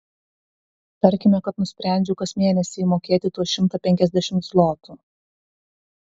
tarkime kad nusprendžiu kas mėnesį įmokėti tuos šimtą penkiasdešimt zlotų